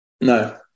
No